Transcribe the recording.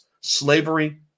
Slavery